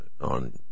on